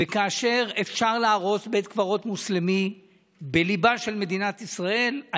כאשר אפשר להרוס בית קברות מוסלמי בליבה של מדינת ישראל,